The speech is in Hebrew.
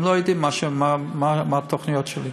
הם לא יודעים מה התוכניות שלי.